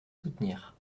soutenir